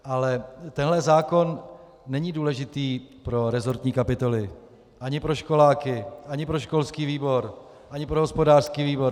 Ale tenhle zákon není důležitý pro resortní kapitoly ani pro školáky ani pro školský výbor ani pro hospodářský výbor.